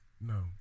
No